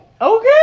Okay